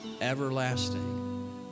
everlasting